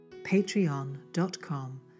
patreon.com